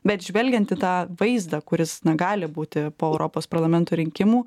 bet žvelgiant į tą vaizdą kuris na gali būti po europos parlamento rinkimų